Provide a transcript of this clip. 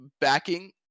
backing